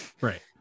Right